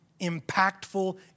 impactful